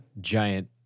giant